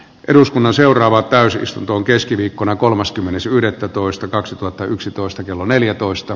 eduskunnan seuraava täysistuntoon keskiviikkona kolmaskymmenes yhdettätoista kaksituhattayksitoista kello neljätoista